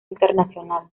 internacional